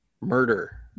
Murder